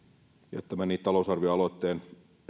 jättämäni talousarvioaloitteen